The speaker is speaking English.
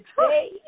today